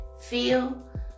feel